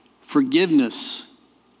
forgiveness